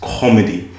comedy